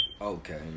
Okay